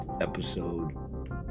episode